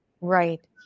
right